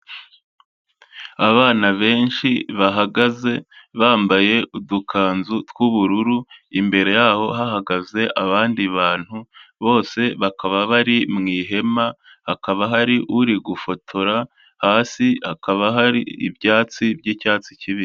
Abana benshi bahagaze bambaye udukanzu tw'ubururu, imbere yaho hahagaze abandi bantu bose bakaba bari mu ihema, hakaba hari uri gufotora, hasi hakaba hari ibyatsi by'icyatsi kibisi.